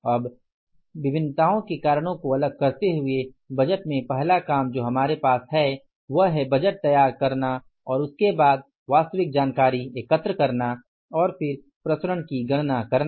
अब भिन्नताओं के कारणों को अलग करते हुए बजट में पहला काम जो हमारे पास है वह है बजट तैयार करना और उसके बाद वास्तविक जानकारी एकत्र करना और फिर प्रसरण की गणना करना